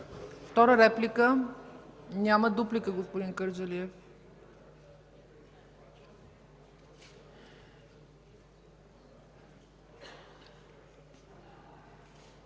Втора реплика? Няма. Дуплика – господин Кърджалиев.